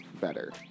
better